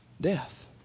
Death